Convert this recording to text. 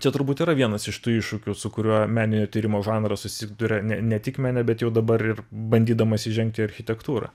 čia turbūt yra vienas iš tų iššūkių su kuriuo meninio tyrimo žanras susiduria ne ne tik mene bet jau dabar ir bandydamas įžengt į architektūrą